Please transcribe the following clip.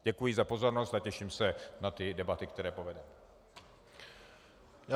Děkuji za pozornost a těším se na debaty, které povedeme.